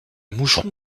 moucheron